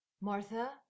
Martha